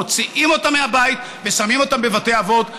מוציאים אותם מהבית ושמים אותם בבתי אבות,